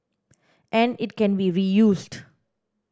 and it can be reused